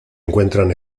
encuentran